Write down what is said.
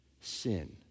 sin